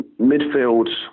Midfield